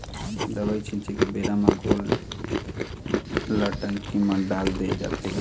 दवई छिंचे के बेरा म घोल ल टंकी म डाल दे जाथे